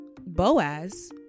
Boaz